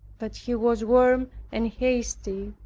but he was warm and hasty,